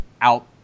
out